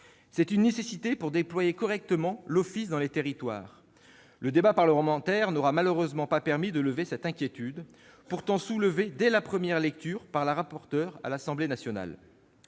serait une nécessité pour déployer correctement l'Office dans les territoires. Le débat parlementaire n'aura malheureusement pas permis de lever cette inquiétude, pourtant soulevée dès la première lecture par la rapporteure à l'Assemblée nationale.